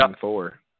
four